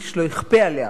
איש לא יכפה עליה